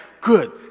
good